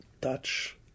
touch